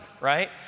right